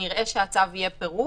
כנראה שהצו יהיה פירוק,